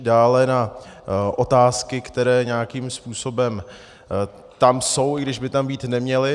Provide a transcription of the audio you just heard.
Dále na otázky, které nějakým způsobem tam jsou, i když by tam být neměly.